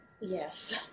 yes